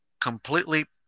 completely